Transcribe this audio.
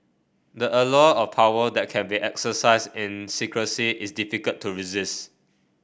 the allure of power that can be exercised in secrecy is difficult to resist